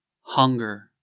Hunger